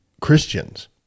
Christians